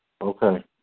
Okay